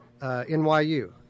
NYU